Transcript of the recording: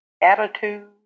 attitude